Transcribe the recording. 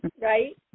Right